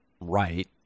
right